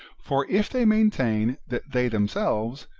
for if they maintain that they themselves,